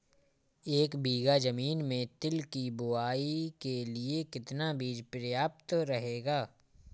एक बीघा ज़मीन में तिल की बुआई के लिए कितना बीज प्रयाप्त रहेगा?